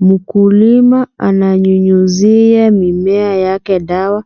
Mkulima ananyunyizia mimea yake dawa